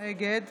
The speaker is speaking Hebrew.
נגד